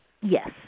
Yes